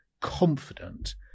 confident